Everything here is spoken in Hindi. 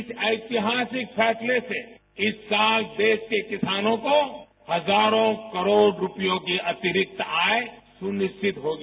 इस ऐतिहासिक फैसले से इस साल देश के किसानों को हजारों करोड़ रुपयों की अतिरिक्त आय सुनिश्चित होगी